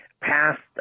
past